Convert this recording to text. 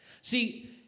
See